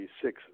six